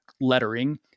lettering